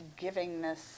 givingness